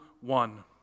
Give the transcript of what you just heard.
one